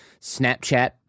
Snapchat